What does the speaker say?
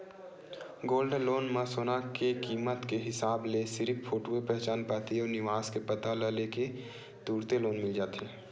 gold loan म सोना के कीमत के हिसाब ले सिरिफ फोटूए पहचान पाती अउ निवास के पता ल ले के तुरते लोन मिल जाथे